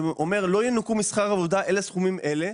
שאומר שלא ינוכו משכר עבודה אלא סכומים אלה,